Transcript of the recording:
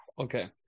Okay